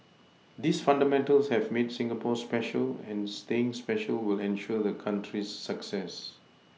these fundamentals have made Singapore special and staying special will ensure the country's success